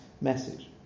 message